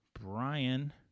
Brian